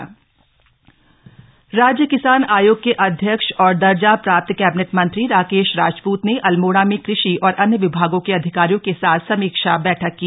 राज्य किसान आयोग अध्यक्ष राज्य किसान आयोग के अध्यक्ष और दर्जा प्राप्त कैबिनेट मंत्री राकेश राजपूत ने अल्मोड़ा में कृषि और अन्य विभागों के अधिकारियों के साथ समीक्षा बैठक की